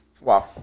Wow